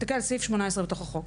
תסתכל על סעיף 18 בתוך החוק,